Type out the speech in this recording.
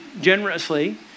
generously